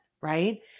right